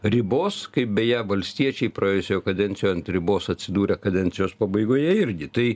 ribos kaip beje valstiečiai praėjusioje kadencijoje ant ribos atsidūrę kadencijos pabaigoje irgi tai